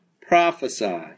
prophesy